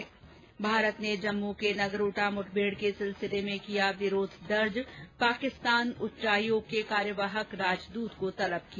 ् भारत ने जम्मू के नगरोटा मुठभेड के सिलसिले में किया विरोध दर्ज पाकिस्तान उच्चायोग के कार्यवाहक राजदूत को तलब किया